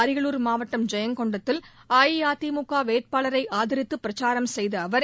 அரியலூர் மாவட்டம் ஜெயங்கொண்டத்தில் அஇஅதிமுக வேட்பாளரை ஆதரித்து பிரச்சாரம் செய்த அவர்